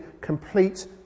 complete